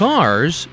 Cars